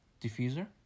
diffuser